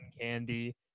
Candy